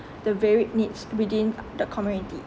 the varied needs within the community